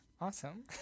Awesome